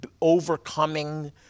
overcoming